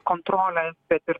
kontrolės bet ir